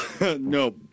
No